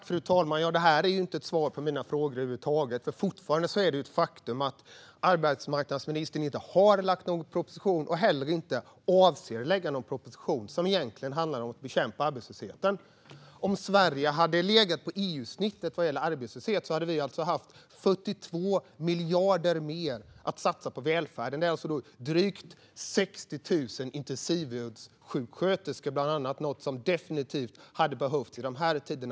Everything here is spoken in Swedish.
Fru talman! Det här är ju inte svar på mina frågor över huvud taget. Fortfarande är det ett faktum att arbetsmarknadsministern inte har lagt fram någon proposition och heller inte avser att lägga fram någon proposition som handlar om att bekämpa arbetslösheten. Om Sverige hade legat på EU-snittet vad gäller arbetslöshet hade vi haft 42 miljarder mer att satsa på välfärden. Det motsvarar bland annat drygt 60 000 intensivvårdssjuksköterskor, något som definitivt hade behövts i dessa tider.